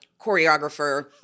choreographer